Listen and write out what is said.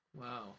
Wow